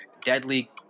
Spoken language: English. deadly